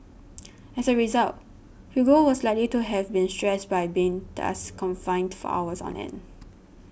as a result Hugo was likely to have been stressed by being thus confined for hours on end